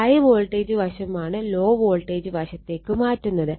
high voltage വശമാണ് low voltage വശത്തേക്ക് മാറുന്നത്